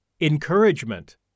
Encouragement